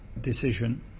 decision